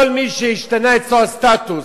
כל מי שהשתנה אצלו הסטטוס,